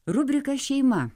rubrika šeima